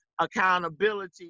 accountability